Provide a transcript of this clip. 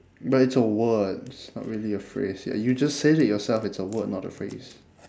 but it's a word it's not really a phrase ya you just said it yourself it's a word not a phrase